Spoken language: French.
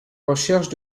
recherche